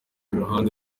iruhande